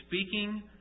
speaking